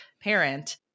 parent